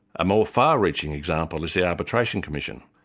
a more far-reaching example is the arbitration commission.